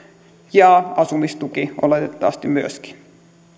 ja asumistuki oletettavasti myöskin